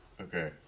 Okay